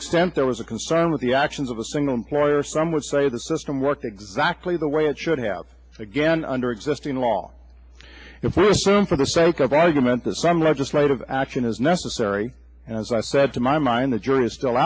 extent there was a concern with the actions of a single employer some would say the system worked exactly the way it should have again under existing law if you assume for the sake of argument that some legislative action is necessary and as i said to my mind the jury is still